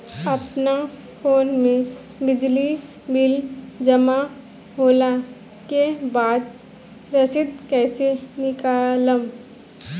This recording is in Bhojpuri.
अपना फोन मे बिजली बिल जमा होला के बाद रसीद कैसे निकालम?